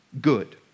good